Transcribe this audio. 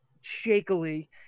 shakily